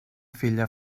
filla